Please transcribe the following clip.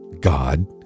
God